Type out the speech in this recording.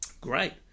great